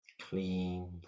Clean